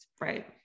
Right